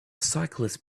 cyclist